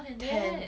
ten